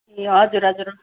ए हजुर हजुर